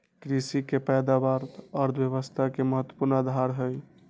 कृषि के पैदावार अर्थव्यवस्था के महत्वपूर्ण आधार हई